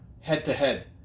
head-to-head